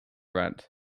rent